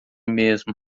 mesmo